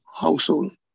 household